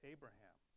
Abraham